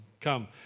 Come